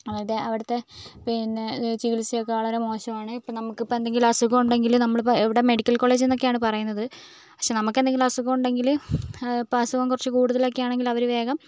അതായത് അവിടുത്തെ പിന്നേ ചികിത്സയൊക്കേ വളരേ മോശമാണ് നമുക്ക് ഇപ്പോൾ എന്തെങ്കിലും അസുഖം ഉണ്ടെങ്കിൽ നമ്മൾ ഇവിടെ മെഡിക്കൽ കോളേജ് എന്നൊക്കെയാണ് പറയുന്നത് പക്ഷേ നമുക്ക് എന്തെങ്കിലും അസുഖം ഉണ്ടെങ്കിൽ ഇപ്പോൾ അസുഖം കുറച്ച് കൂടുതലൊക്കെയാണെങ്കിൽ അവർ വേഗം